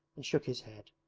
and shook his head.